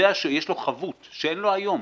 יודע שיש לו חבות שאין לו היום.